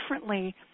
differently